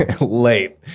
Late